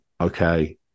okay